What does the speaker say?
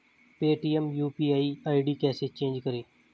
Paytm UPI ID कैसे change करें?